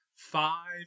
Five